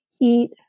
eat